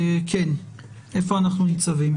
איפה אנחנו ניצבים?